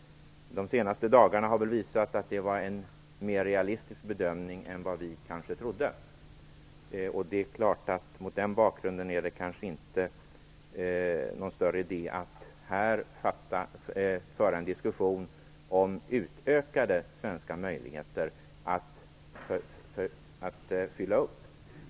De senaste dagarna har väl visat att det var en mer realistisk bedömning än vad vi kanske trodde. Mot den bakgrunden är det kanske inte någon större idé att här föra en diskussion om utökade svenska möjligheter att fylla upp.